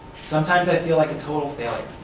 sometimes i feel like a total failure.